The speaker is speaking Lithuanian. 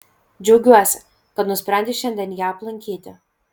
džiaugiuosi kad nusprendei šiandien ją aplankyti